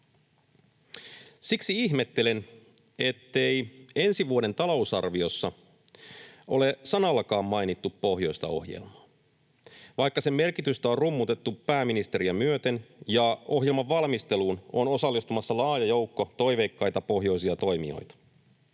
Siksi ihmettelen, ettei ensi vuoden talousarviossa ole sanallakaan mainittu pohjoista ohjelmaa, vaikka sen merkitystä on rummutettu pääministeriä myöten ja ohjelman valmisteluun on osallistumassa laaja joukko toiveikkaita pohjoisia toimijoita.